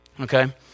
Okay